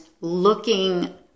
looking